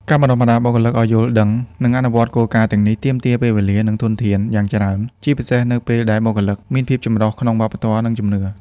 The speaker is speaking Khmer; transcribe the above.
ការបណ្ដុះបណ្ដាលបុគ្គលិកឱ្យយល់ដឹង និងអនុវត្តគោលការណ៍ទាំងនេះទាមទារ ពេលវេលា និងធនធាន យ៉ាងច្រើន ជាពិសេសនៅពេលដែលបុគ្គលិកមានភាពចម្រុះក្នុងវប្បធម៌ និងជំនឿ។